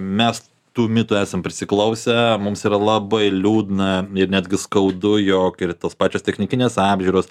mes tų mitų esam prisiklausę mums yra labai liūdna ir netgi skaudu jog ir tos pačios technikinės apžiūros